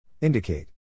Indicate